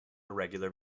irregular